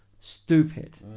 stupid